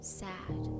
sad